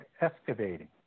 excavating